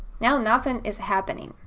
now nothing is happening.